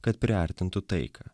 kad priartintų taiką